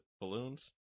balloons